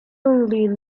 only